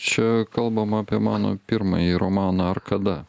čia kalbama apie mano pirmąjį romaną arkada